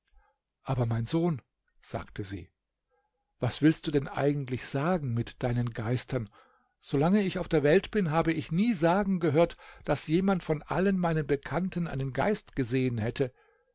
aber mein sohn sagte sie was willst du denn eigentlich sagen mit deinen geistern so lange ich auf der welt bin habe ich nie sagen gehört daß jemand von allen meinen bekannten einen geist gesehen hätte